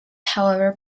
however